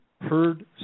heard